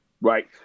right